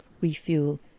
refuel